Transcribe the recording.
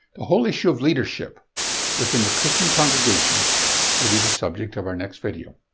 the whole issue of leadership within the christian congregation will be the subject of our next video.